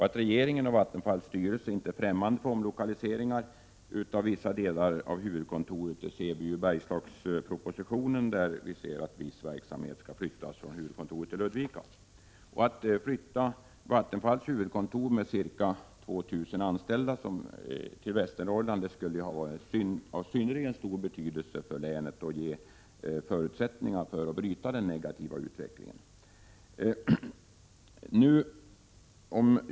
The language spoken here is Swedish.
Att regeringen och Vattenfalls styrelse inte är främmande för omlokalisering av vissa delar av huvudkontoret framgår ju av den s.k. Bergslagspropositionen, där det föreslås att viss verksamhet skall flyttas från huvudkontoret till Ludvika. Att flytta Vattenfalls huvudkontor med ca 2 000 anställda till Västernorrland skulle ha varit av synnerligen stor betydelse för länet och hade kunnat ge förutsättningar för att bryta den negativa utvecklingen.